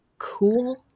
cool